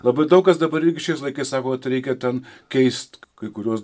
labai daug kas dabar šiais laikais sako vat reikia ten keist kai kuriuos